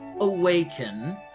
awaken